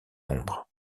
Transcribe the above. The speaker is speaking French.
nombre